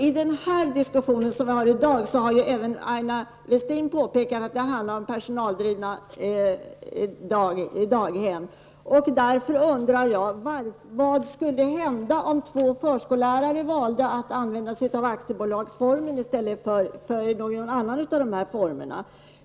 I den diskussion som vi har här i dag har även Aina Westin påpekat att det handlar om personaldrivna daghem. Jag undrar därför vad som skulle hända om två förskollärare valde att bilda aktiebolag i stället för någon annan form av bolag.